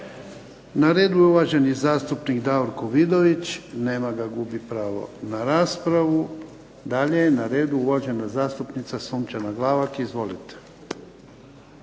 Na redu je uvaženi zastupnik Davorko Vidović. Nema ga. Gubi pravo na raspravu. Dalje je na radu uvažena zastupnica Sunčana Glavak. Izvolite.